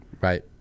Right